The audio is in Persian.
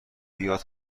بیاد